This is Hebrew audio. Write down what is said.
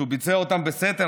שהוא ביצע אותן בסתר,